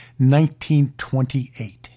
1928